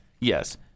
yes